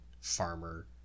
farmer